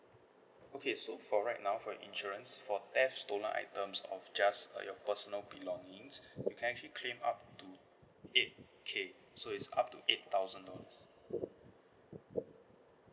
okay so for right now for insurance for theft stolen items of just uh your personal belongings you can actually claim up to eight K so it's up to eight thousand dollars